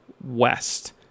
West